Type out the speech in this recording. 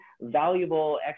valuable